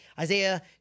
Isaiah